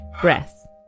breath